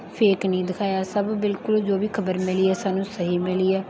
fake ਨਹੀਂ ਦਿਖਾਇਆ ਸਭ ਬਿਲਕੁਲ ਜੋ ਵੀ ਖਬਰ ਮਿਲੀ ਹੈ ਸਾਨੂੰ ਸਹੀ ਮਿਲੀ ਹੈ